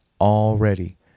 already